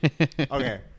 okay